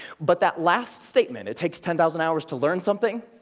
but that last statement, it takes ten thousand hours to learn something,